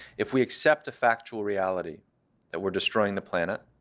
if we accept a factual reality that we're destroying the planet,